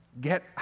Get